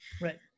Right